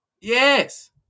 Yes